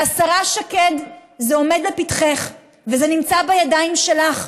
והשרה שקד, זה עומד לפתחך וזה נמצא בידיים שלך.